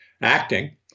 acting